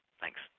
Thanks